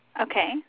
Okay